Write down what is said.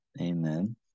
Amen